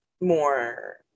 more